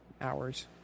hours